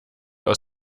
aus